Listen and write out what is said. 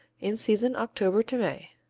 in season october to may.